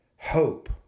Hope